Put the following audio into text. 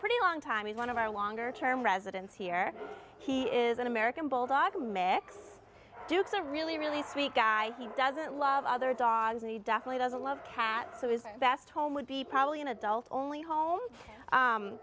pretty long time he's one of our longer term residents here he is an american bulldog mix dukes a really really sweet guy he doesn't love other dogs and he definitely doesn't love cats so his best home would be probably an adult only home